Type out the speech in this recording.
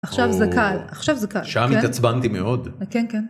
‫עכשיו זה קל, עכשיו זה קל. ‫-שם התעצבנתי מאוד. ‫-כן, כן.